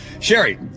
Sherry